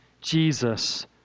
Jesus